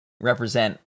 represent